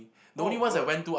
oh good